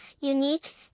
unique